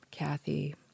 Kathy